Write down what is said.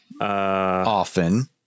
often